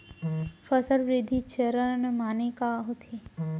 फसल वृद्धि चरण माने का होथे?